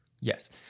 Yes